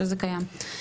יפה.